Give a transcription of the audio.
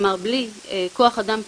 בלי כוח אדם פנימי,